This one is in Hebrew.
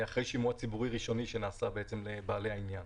אחרי שימוע ציבורי ראשוני שנעשה עם בעלי העניין.